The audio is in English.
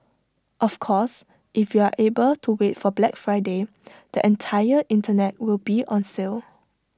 of course if you are able to wait for Black Friday the entire Internet will be on sale